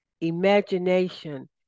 Imagination